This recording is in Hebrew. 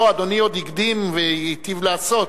לא, אדוני עוד הקדים, והיטיב לעשות,